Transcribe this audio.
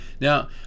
Now